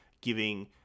giving